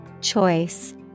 Choice